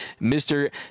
Mr